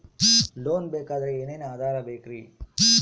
Loan ಬೇಕಾದ್ರೆ ಏನೇನು ಆಧಾರ ಬೇಕರಿ?